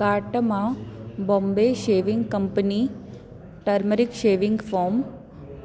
cart मां Bombay shaving company turmeric shaving form